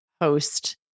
host